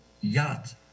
yacht